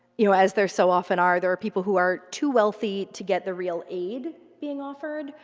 you know, as they're so often are, there are people who are too wealthy to get the real aid being offered,